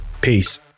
Peace